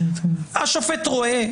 השופט רואה,